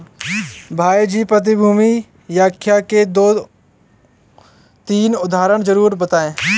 भाई जी प्रतिभूति व्यापार के दो तीन उदाहरण जरूर बताएं?